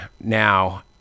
now